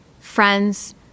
friends